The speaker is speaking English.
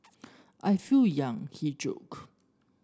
I feel young he joked